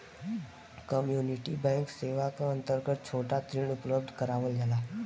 community bank सेवा क अंतर्गत छोटा ऋण उपलब्ध करावल जाला